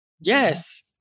Yes